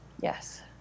yes